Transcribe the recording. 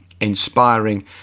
inspiring